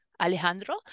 Alejandro